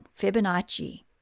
Fibonacci